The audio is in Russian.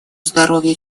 здоровье